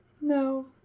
No